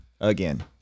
Again